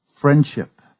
friendship